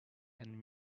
and